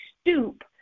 stoop